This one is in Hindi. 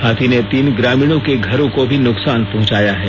हाथी ने तीन ग्रामीणों के घरों को भी नुकसान पहंचाया है